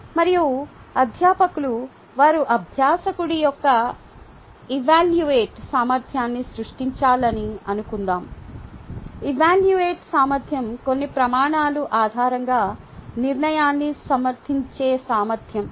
మరియు అధ్యాపకులు వారు అభ్యాసకుడి యొక్క ఎవాల్యూట సామర్థ్యాన్ని సృష్టించాలని అనుకుందాం ఎవాల్యూట సామర్థ్యం కొన్ని ప్రమాణాల ఆధారంగా నిర్ణయాన్ని సమర్థించే సామర్ధ్యం